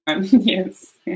yes